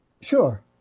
Sure